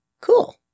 Cool